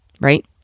Right